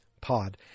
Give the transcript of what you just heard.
pod